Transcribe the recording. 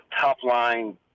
top-line